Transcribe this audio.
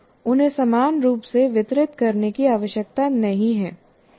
उन्हें समान रूप से वितरित करने की आवश्यकता नहीं है